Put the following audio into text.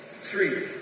Three